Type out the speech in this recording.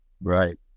right